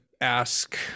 ask